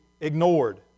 ignored